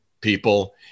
people